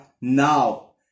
now